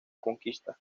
conquista